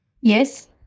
Yes